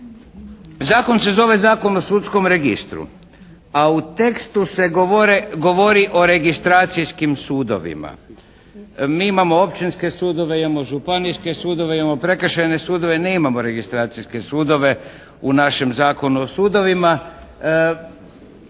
Zakon se zove Zakon o sudskom registru. A u tekstu se govori o registracijskim sudovima. Mi imamo općinske sudove, imamo županijske sudove, imamo prekršajne sudove, nemamo registracijske sudove u našem Zakonu o sudovima.